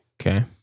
Okay